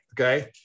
Okay